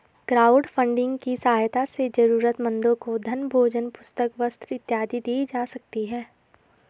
crowdfunding की सहायता से जरूरतमंदों को धन भोजन पुस्तक वस्त्र इत्यादि दी जा सकती है